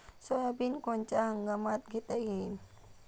Soybean कोनच्या हंगामात घेता येईन?